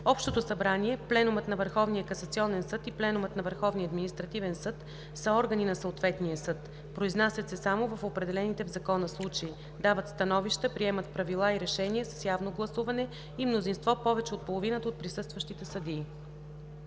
Общото събрание, пленумът на Върховния касационен съд и пленумът на Върховния административен съд са органи на съответния съд, произнасят се само в определените в закона случаи, дават становища, приемат правила и решения с явно гласуване и мнозинство повече от половината от присъстващите съдии“.“